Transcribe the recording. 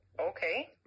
Okay